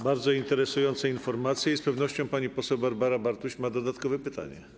Bardzo interesujące informacje i z pewnością pani poseł Barbara Bartuś ma dodatkowe pytania.